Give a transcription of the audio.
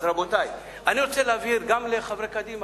אז רבותי, אני רוצה להבהיר גם לחברי קדימה,